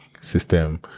system